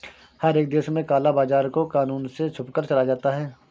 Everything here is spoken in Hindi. हर एक देश में काला बाजार को कानून से छुपकर चलाया जाता है